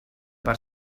per